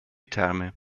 therme